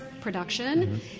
production